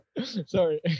sorry